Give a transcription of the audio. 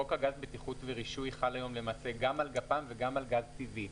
חוק הגז (בטיחות ורישוי) חל היום למעשה גם על גפ"מ וגם על גז טבעי.